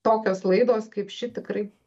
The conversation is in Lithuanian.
tokios laidos kaip ši tikrai